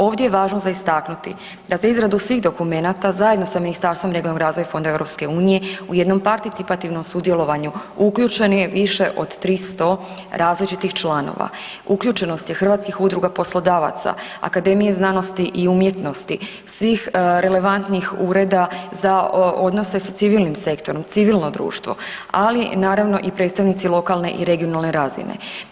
Ovdje je važno za istaknuti da za izradu svih dokumenata zajedno sa Ministarstvom regionalnog razvoja i fondova EU u jednom participativnom sudjelovanju uključen je više od 300 različitih članova, uključenost je Hrvatskih udruga poslodavaca, Akademije znanosti i umjetnosti, svih relevantnih ureda za odnose sa civilnim sektorom, civilno društvo, ali naravno i predstavnici lokalne i regionalne razine.